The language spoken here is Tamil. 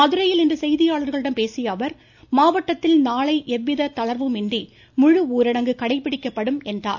மதுரையில் இன்று செய்தியாளர்களிடம் பேசிய அவர் மாவட்டத்தில் நாளை எவ்வித தளர்வுமின்றி முழு ஊரடங்கு கடைபிடிக்கப்படும் என்றார்